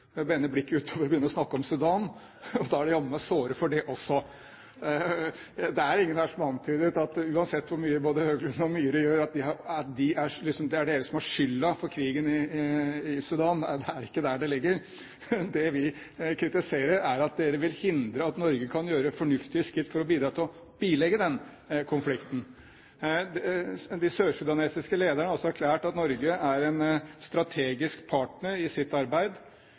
å snakke om Sudan, er de jammen meg såre for det også! Det er ingen her som har antydet – uansett hvor mye både Høglund og Myhre gjør det – at det er dere som har skylden for krigen i Sudan. Det er ikke der det ligger. Det vi kritiserer, er at dere vil hindre at Norge kan gjøre fornuftige skritt for å bidra til å bilegge den konflikten. De sørsudanesiske lederne har erklært at Norge er en strategisk partner i deres arbeid.